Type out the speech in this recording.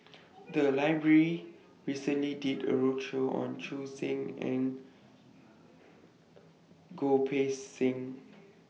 The Library recently did A roadshow on Choo Seng Quee and Goh Poh Seng